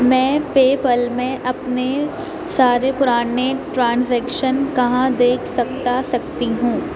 میں PayPal میں اپنے سارے پرانے ٹرانزیکشنز کہاں دیکھ سکتا سکتی ہوں